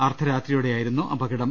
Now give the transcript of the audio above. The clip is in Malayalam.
അർദ്ധരാത്രിയോടെയായിരുന്നു അപകടം